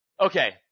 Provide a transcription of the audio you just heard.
okay